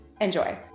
Enjoy